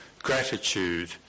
gratitude